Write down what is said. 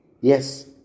Yes